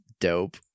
dope